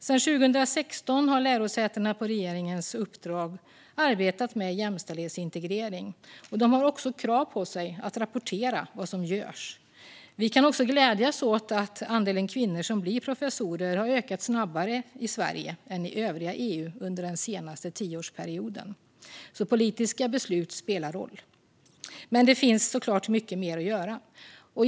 Sedan 2016 har lärosätena på regeringens uppdrag arbetat med jämställdhetsintegrering, och de har också krav på sig att rapportera vad som görs. Vi kan även glädjas åt att andelen kvinnor som blir professorer har ökat snabbare i Sverige än i övriga EU under den senaste tioårsperioden. Politiska beslut spelar roll. Men det finns såklart mycket mer att göra.